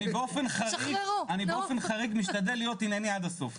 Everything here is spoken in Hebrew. אני באופן חריג, משתדל להיות ענייני עד הסוף.